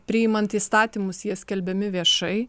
priimant įstatymus jie skelbiami viešai